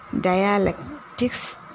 dialectics